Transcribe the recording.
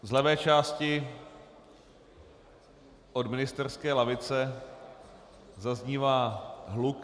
Z levé části od ministerské lavice zaznívá hluk.